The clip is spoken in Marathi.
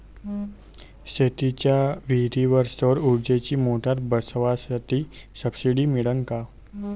शेतीच्या विहीरीवर सौर ऊर्जेची मोटार बसवासाठी सबसीडी मिळन का?